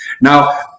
now